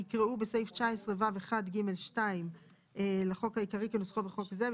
יקראו בסעיף 19ו1(ג2) לחוק העיקרי כנוסחו בחוק זה,